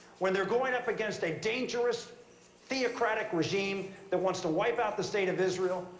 when they're going up against a dangerous theocratic regime that wants to wipe out the state of israel,